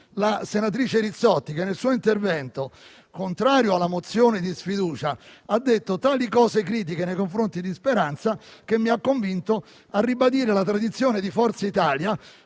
la senatrice Rizzotti, che nel suo intervento, contrario alla mozione di sfiducia, ha detto tante e tali cose critiche nei confronti di Speranza che mi ha convinto a ribadire la tradizione di Forza Italia